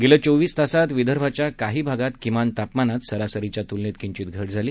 गेल्या चोवीस तासात विदर्भाच्या काही भागात किमान तापमानात सरासरीच्या तुलनेत किंचीत घट झाली